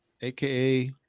aka